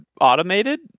automated